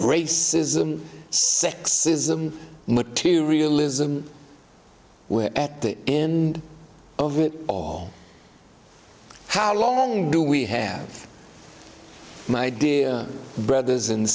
racism sexism materialism at the end of it all how long do we have my dear brothers and